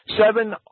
Seven